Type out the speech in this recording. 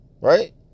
Right